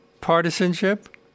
partisanship